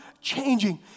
changing